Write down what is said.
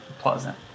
pleasant